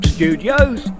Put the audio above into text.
Studios